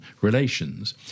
relations